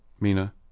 Mina